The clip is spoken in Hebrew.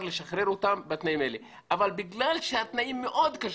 לשחרר בתנאים האלה אבל בגלל שהתנאים מאוד קשים,